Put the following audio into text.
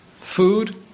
food